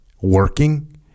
working